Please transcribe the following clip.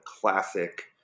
classic